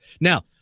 now